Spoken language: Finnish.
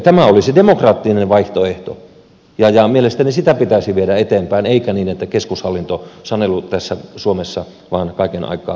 tämä olisi demokraattinen vaihtoehto ja mielestäni sitä pitäisi viedä eteenpäin eikä niin että keskushallintosanelut tässä suomessa vain kaiken aikaa lisääntyvät